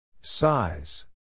Size